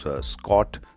Scott